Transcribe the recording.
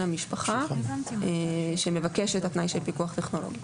המשפחה שמבקש את התנאי של פיקוח טכנולוגי.